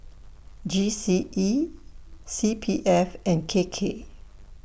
G C E C P F and K K